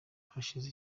hashize